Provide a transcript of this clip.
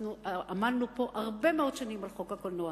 אנחנו עמלנו פה הרבה מאוד שנים על חוק הקולנוע,